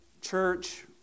church